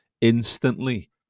instantly